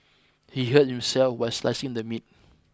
he hurt himself while slicing the meat